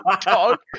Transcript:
Dog